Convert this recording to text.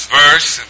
verse